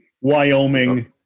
Wyoming